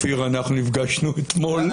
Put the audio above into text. כן,